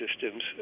systems